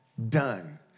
done